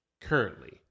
currently